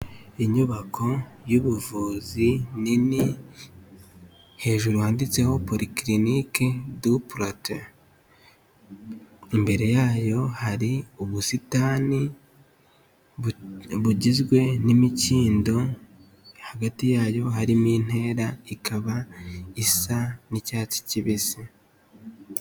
Inyubako y'ubuvuzi nini, hejuru handitseho Polyclinic du Plateau. Imbere yayo hari ubusitani bugizwe n'imikindo, hagati yayo harimo intera, ikaba isa n'icyatsi kibisi.